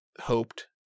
hoped